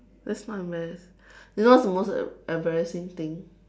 that's not embarrassing you know what's the most embarrassing thing